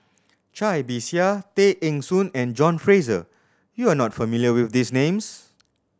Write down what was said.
Cai Bixia Tay Eng Soon and John Fraser you are not familiar with these names